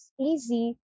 easy